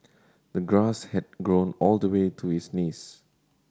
the grass had grown all the way to his knees